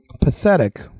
pathetic